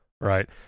right